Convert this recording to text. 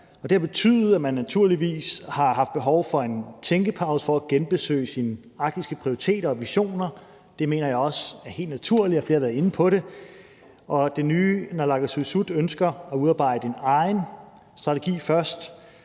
Det har betydet, at man naturligvis har haft behov for en tænkepause for at genbesøge sine arktiske prioriteter og visioner. Det mener jeg også er helt naturligt, og flere har været inde på det. Det nye naalakkersuisut ønsker at udarbejde en egen strategi først.